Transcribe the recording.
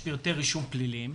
פרטי רישום פליליים,